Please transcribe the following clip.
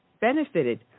benefited